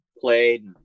played